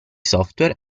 software